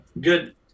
good